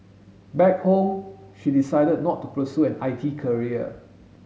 back home she decided not to pursue an I T career